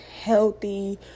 healthy